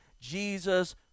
Jesus